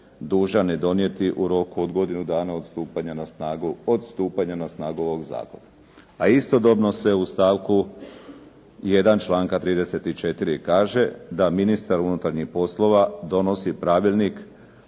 dužan je donijeti u roku od godinu dana od stupanja na snagu ovoga zakona. A istodobno se u stavku 1. članka 34. kaže da ministar unutarnjih poslova donosi pravilnik